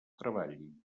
treballin